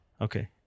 Okay